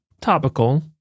Topical